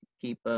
Keep